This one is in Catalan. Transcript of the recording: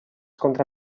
contra